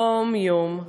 יום-יום.